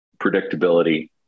predictability